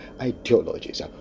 ideologies